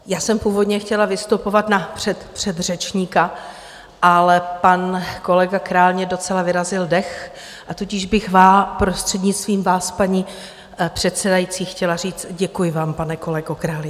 Já jsem původně chtěla vystupovat na předřečníka, ale pan kolega Král mně docela vyrazil dech, a tudíž bych prostřednictvím vás, paní předsedající, chtěl říct děkuji vám, pane kolego Králi.